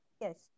Yes